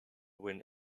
win